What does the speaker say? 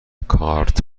کارت